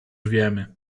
wiemy